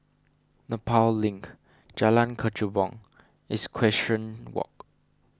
Nepal Link Jalan Kechubong and Equestrian Walk